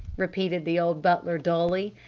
repeated the old butler dully.